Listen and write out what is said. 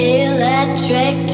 electric